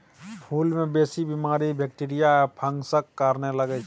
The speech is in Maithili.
फुल मे बेसी बीमारी बैक्टीरिया या फंगसक कारणेँ लगै छै